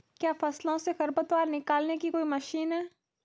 क्या फसलों से खरपतवार निकालने की कोई मशीन है?